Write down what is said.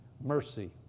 Mercy